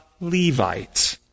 Levites